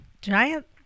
giant